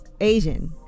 Asian